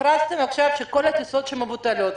הכרזתם עכשיו שבכל הטיסות שמבוטלות,